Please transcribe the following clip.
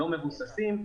לא מבוססים,